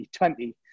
2020